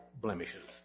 blemishes